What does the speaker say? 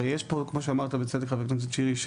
כמו שאמרת בצדק חבר הכנסת שירי,